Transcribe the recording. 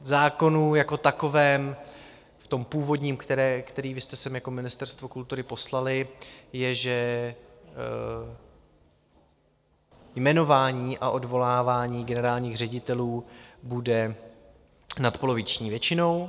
V zákonu jako takovém, v tom původním, který vy jste sem jako Ministerstvo kultury poslali, je, že jmenování a odvolávání generálních ředitelů bude nadpoloviční většinou.